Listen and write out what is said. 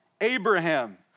Abraham